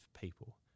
people